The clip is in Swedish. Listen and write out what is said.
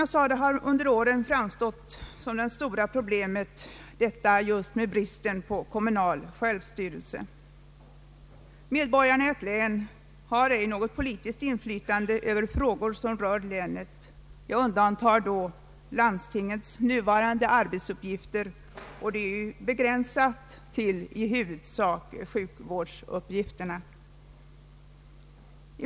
Vad som under åren alltmer framstått som det stora problemet är bristen på förankring i kommunal självstyrelse. Medborgarna i ett län har ej något politiskt inflytande över frågor som rör länet. Jag undantar då landstingets nuvarande arbetsuppgifter, som ju är begränsade till i huvudsak sjukvårdens område.